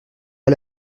pas